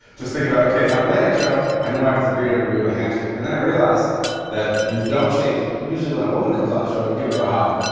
just thinking about, okay, if i have a late-night show, i know i have to greet everybody with a handshake. and then i realized that you don't shake usually when a woman comes on the show, you give her a hug.